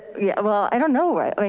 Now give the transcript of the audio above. yeah, well, i don't know why. i mean